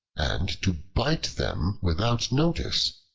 and to bite them without notice.